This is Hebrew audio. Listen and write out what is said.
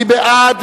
מי בעד?